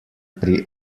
pri